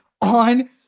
on